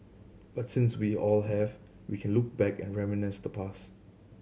but since we all have we can look back and reminisce the past